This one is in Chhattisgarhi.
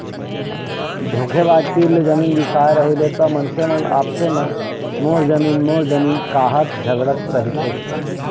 धोखेबाज तीर ले जमीन बिसाए रहिबे त मनखे मन आपसे म मोर जमीन मोर जमीन काहत झगड़त रहिथे